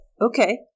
Okay